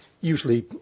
usually